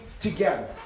together